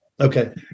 Okay